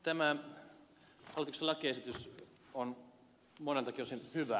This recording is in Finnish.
tämä hallituksen lakiesitys on moneltakin osin hyvä